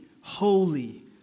holy